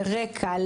לרק"ע,